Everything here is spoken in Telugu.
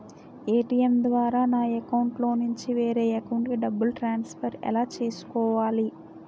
ఏ.టీ.ఎం ద్వారా నా అకౌంట్లోనుంచి వేరే అకౌంట్ కి డబ్బులు ట్రాన్సఫర్ ఎలా చేసుకోవాలి?